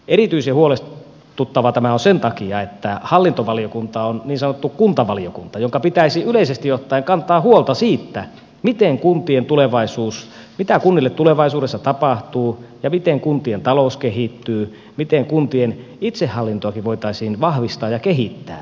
erityisen huolestuttavaa tämä on sen takia että hallintovaliokunta on niin sanottu kuntavaliokunta jonka pitäisi yleisesti ottaen kantaa huolta siitä mitä kunnille tulevaisuudessa tapahtuu ja miten kuntien talous kehittyy miten kuntien itsehallintoakin voitaisiin vahvistaa ja kehittää